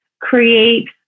create